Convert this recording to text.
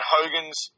Hogan's